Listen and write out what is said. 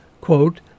quote